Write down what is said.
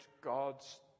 God's